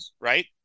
Right